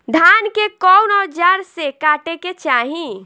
धान के कउन औजार से काटे के चाही?